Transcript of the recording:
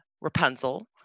Rapunzel